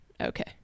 Okay